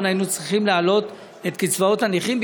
היינו צריכים להעלות את קצבאות הנכים,